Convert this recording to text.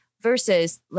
Versus